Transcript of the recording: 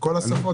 בכל השפות?